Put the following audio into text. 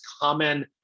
common